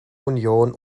union